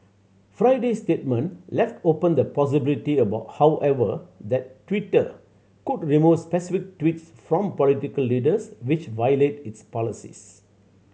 Friday's statement left open the possibility about however that Twitter could remove specific tweets from political leaders which violate its policies